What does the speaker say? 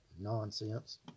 nonsense